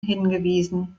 hingewiesen